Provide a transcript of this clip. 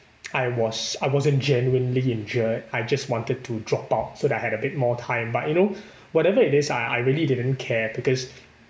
I was I wasn't genuinely injured I just wanted to drop out so that I had a bit more time but you know whatever it is I I really didn't care because